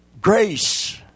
grace